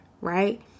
right